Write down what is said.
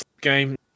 game